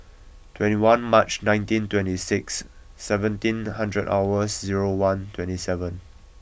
twenty one March nineteen twenty six seventeen hundred hours zero one twenty seven